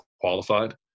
qualified